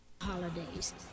Holidays